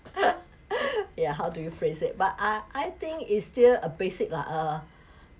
yeah how do you phrase it but uh I think is still a basic lah uh